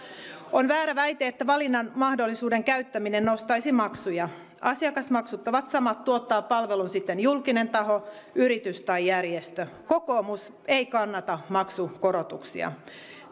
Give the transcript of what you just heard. on väärä väite että valinnan mahdollisuuden käyttäminen nostaisi maksuja asiakasmaksut ovat samat tuottaa palvelun sitten julkinen taho yritys tai järjestö kokoomus ei kannata maksukorotuksia